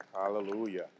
Hallelujah